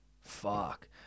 fuck